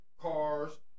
cars